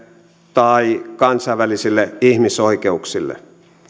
tai kansainvälisille ihmisoikeuksille